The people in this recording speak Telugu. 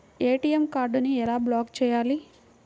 ఏ.టీ.ఎం కార్డుని ఎలా బ్లాక్ చేయాలి?